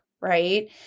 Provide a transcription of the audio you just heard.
right